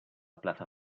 plaza